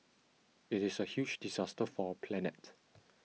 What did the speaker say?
it is a huge disaster for our planet